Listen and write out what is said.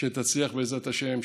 שתצליח בעזרת השם,